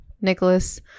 nicholas